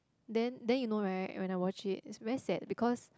then then you know right when I watch it is very sad because